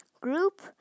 group